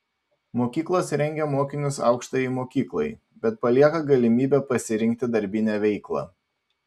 mokyklos rengia mokinius aukštajai mokyklai bet palieka galimybę pasirinkti darbinę veiklą